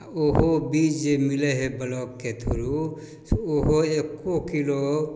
आओर ओहो बीज जे मिलै हइ ब्लॉकके थ्रू से ओहो एक्को किलो